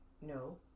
No